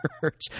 church